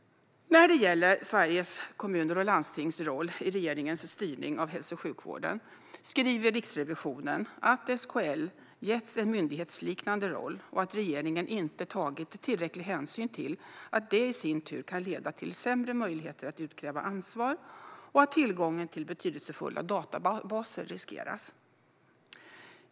När det gäller Sveriges Kommuner och Landstings roll i regeringens styrning av hälso och sjukvården skriver Riksrevisionen att SKL getts en myndighetsliknande roll och att regeringen inte tagit tillräcklig hänsyn till att det i sin tur kan leda till sämre möjligheter att utkräva ansvar och att tillgången till betydelsefulla databaser riskeras.